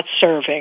serving